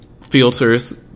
filters